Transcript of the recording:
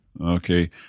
okay